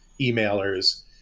emailers